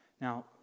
Now